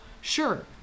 Sure